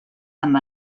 amb